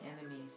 enemies